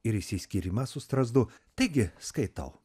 ir išsiskyrimą su strazdu taigi skaitau